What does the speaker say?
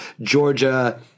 Georgia